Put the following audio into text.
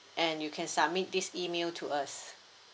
and you can submit this email to us